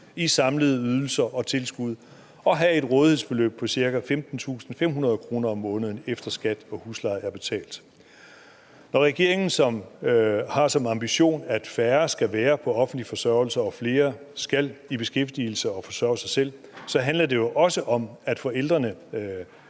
i samlede ydelser og tilskud og have et rådighedsbeløb på ca. 15.500 kr. om måneden, efter at skat og husleje er betalt. For regeringen, som har som ambition, at færre skal være på offentlig forsørgelse og flere skal i beskæftigelse og forsørge sig selv, handler det jo også om, at forældrene,